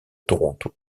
toronto